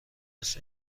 است